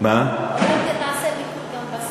אתה תעשה ביקור גם בסניף?